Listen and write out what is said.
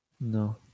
No